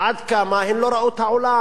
עד כמה הן לא ראו את העולם,